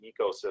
ecosystem